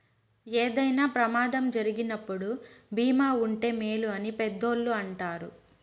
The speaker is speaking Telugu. ఏదైనా ప్రమాదం జరిగినప్పుడు భీమా ఉంటే మేలు అని పెద్దోళ్ళు అంటారు